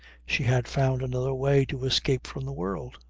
she had found another way to escape from the world.